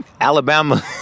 Alabama